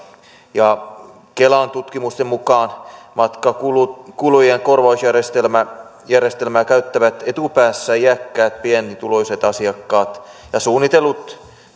kelan tutkimusten mukaan matkakulujen korvausjärjestelmää käyttävät etupäässä iäkkäät pienituloiset asiakkaat ja suunnitellut